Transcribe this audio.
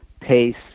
pace